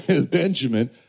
Benjamin